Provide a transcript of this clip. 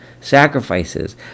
sacrifices